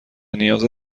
نیاز